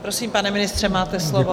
Prosím, pane ministře, máte slovo.